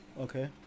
Okay